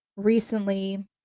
Recently